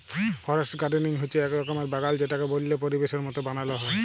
forest gardening হচ্যে এক রকমের বাগাল যেটাকে বল্য পরিবেশের মত বানাল হ্যয়